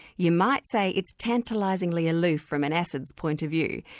you might say it's tantalisingly aloof from an acid's point of view,